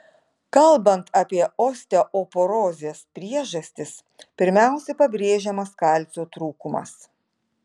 kalbant apie osteoporozės priežastis pirmiausia pabrėžiamas kalcio trūkumas